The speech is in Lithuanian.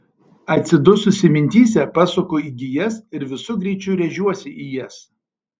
atsidususi mintyse pasuku į gijas ir visu greičiu rėžiuosi į jas